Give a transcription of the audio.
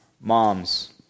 Moms